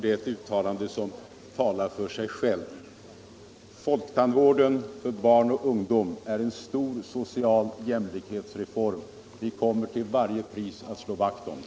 Det är ett yttrande som talar för sig självt. Folktandvården för barn och ungdom är en stor social jämlikhetsreform. Vi kommer till varje pris att slå vakt om den.